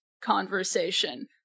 conversation